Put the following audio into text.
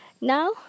Now